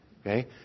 Okay